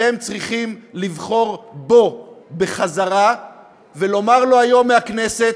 אתם צריכים לבחור בו בחזרה ולומר לו היום מהכנסת: